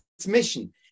transmission